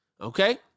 okay